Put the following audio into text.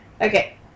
Okay